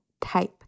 type